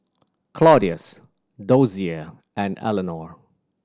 Claudius Dozier and Elinor